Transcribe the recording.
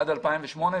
עד 2008,